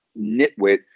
nitwit